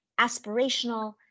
aspirational